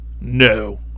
No